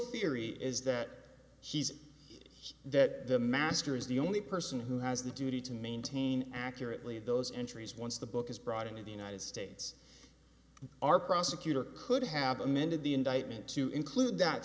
theory is that he's that the master is the only person who has the duty to maintain accurately those entries once the book is brought into the united states our prosecutor could have amended the indictment to include that